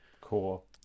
Cool